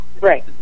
Right